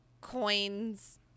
coins